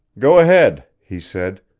go ahead, he said.